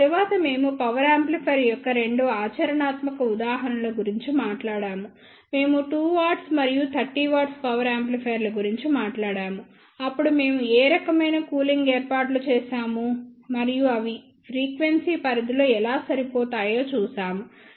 ఆ తరువాత మేము పవర్ యాంప్లిఫైయర్ యొక్క రెండు ఆచరణాత్మక ఉదాహరణల గురించి మాట్లాడాము మేము 2W మరియు 30 W పవర్ యాంప్లిఫైయర్ల గురించి మాట్లాడాము అప్పుడు మేము ఏ రకమైన కూలింగ్ ఏర్పాట్లు చేశాము మరియు అవి ఫ్రీక్వెన్సీ పరిధిలో ఎలా సరిపోతాయో చూశాము